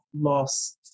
loss